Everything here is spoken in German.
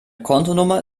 kontonummer